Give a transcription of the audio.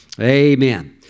Amen